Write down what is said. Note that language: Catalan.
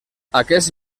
aquests